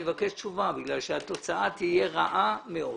אני מבקש תשובה כי התוצאה תהיה רעה מאוד.